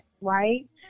right